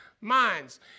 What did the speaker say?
minds